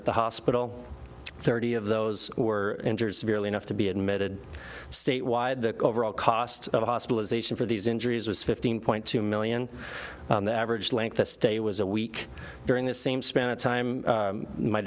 at the hospital thirty of those who were injured severely enough to be admitted statewide the overall cost of hospitalization for these injuries was fifteen point two million the average length of stay was a week during this same span of time